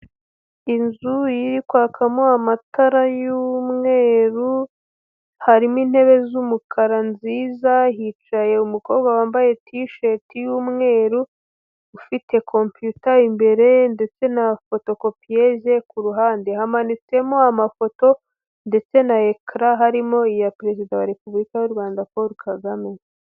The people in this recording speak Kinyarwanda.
Inzu irikwakamo amatara y'umweru, harimo intebe z'umukara nziza, hicaye umukobwa wambaye tisheti y'umweru, ufite kompiyuta imbere ndetse na fotokopiyeze, ku ruhande hamanitsemo amafoto ndetse na ekara, harimo iya perezida wa repubulika y'u Rwanda, Paul Kagame.